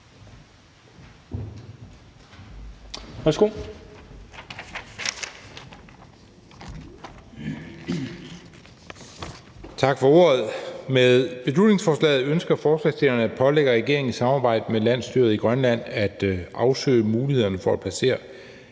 Tak for ordet. Med beslutningsforslaget ønsker forslagsstillerne at pålægge regeringen i samarbejde med landsstyret i Grønland at afsøge mulighederne for at placere